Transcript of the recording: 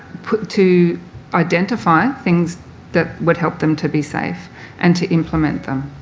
put to identify things that would help them to be safe and to implement them.